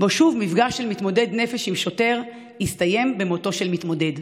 שבו שוב מפגש של מתמודד נפש עם שוטר הסתיים במותו של מתמודד.